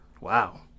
Wow